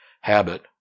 Habit